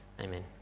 Amen